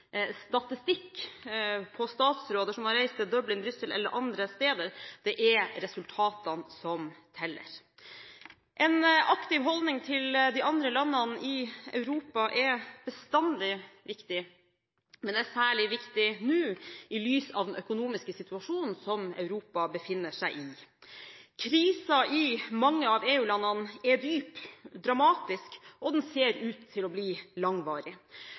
statistikk over statsråder som har reist til Dublin, Brussel eller andre steder. Det er resultatene som teller. En aktiv holdning til de andre landene i Europa er bestandig viktig, men det er særlig viktig nå, i lys av den økonomiske situasjonen som Europa befinner seg i. Krisen i mange av EU-landene er dyp og dramatisk, og den ser ut til å bli langvarig.